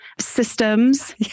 systems